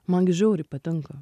man gi žiauriai patinka